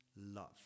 love